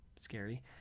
scary